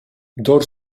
kdor